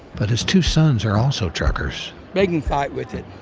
but his two sons are also truckers. they can fight with it.